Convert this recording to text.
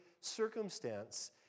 circumstance